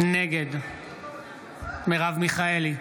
נגד מרב מיכאלי,